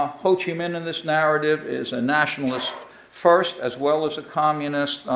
ah ho chi minh in this narrative is a nationalist first, as well as a communist.